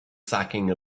sacking